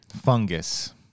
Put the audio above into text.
Fungus